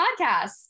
podcast